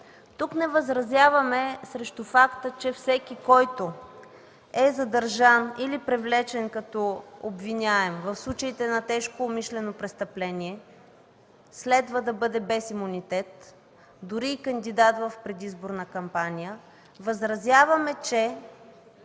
Тук не възразяваме срещу факта, че всеки, който е задържан или привлечен като обвиняем в случаите на тежко умишлено престъпление, следва да бъде без имунитет, дори и кандидат в предизборна кампания. Възразяваме, че